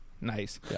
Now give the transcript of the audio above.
nice